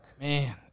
man